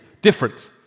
different